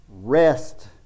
rest